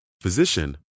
physician